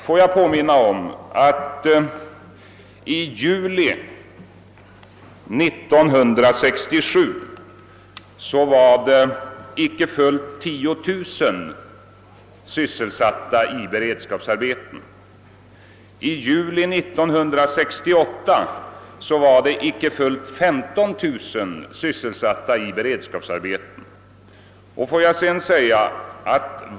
I juli 1967 var icke fullt 10 000 personer sysselsatta i beredskapsarbeten. I juli 1968 var motsvarande siffra icke fullt 15 000.